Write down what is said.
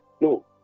no